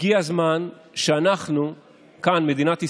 הגיע הזמן שאנחנו כאן, במדינת ישראל,